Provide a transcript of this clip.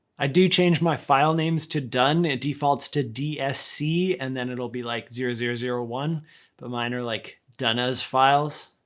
i do change my file names to dun, it defaults to dsc and then it'll be like zero, zero, zero, one but mine are like dunna's files,